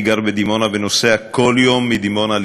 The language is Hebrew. אני גר בדימונה ונוסע כל יום מדימונה לירושלים,